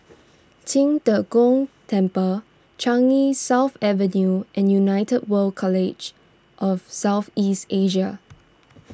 Qing De Gong Temple Changi South Avenue and United World College of South East Asia